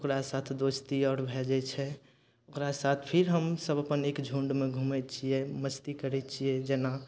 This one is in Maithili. ओकरा साथ दोस्ती आओर भए जाइ छै ओकरा साथ फिर हमसब अपन एक झुण्डमे घुमय छियै मस्ती करय छियै जेना